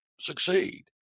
succeed